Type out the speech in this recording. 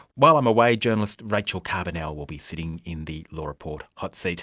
while i'm away, journalist rachel carbonell will be sitting in the law report hotseat